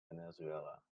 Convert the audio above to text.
venezuela